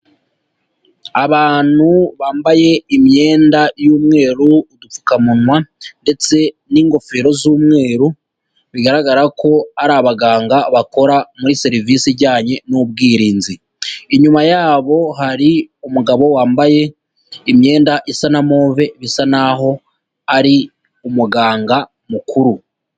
Abantu bambaye imyenda y'umweru, udupfukamunwa ndetse n'ingofero z'umweru, bigaragara ko ari abaganga bakora muri serivise ijyanye n'ubwirinzi, inyuma yabo hari umugabo wambaye imyenda isa na move bisa naho ari umuganga mukuru.